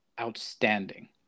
outstanding